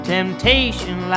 Temptation